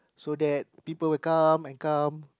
so that people will come and come